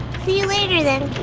see you later then.